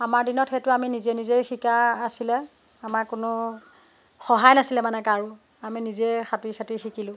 আমাৰ দিনত সেইটো আমি নিজে নিজেই শিকা আছিলে আমাক কোনো সহায় নাছিলে মানে কাৰো আমি নিজে সাঁতোৰি সাঁতোৰি শিকিলোঁ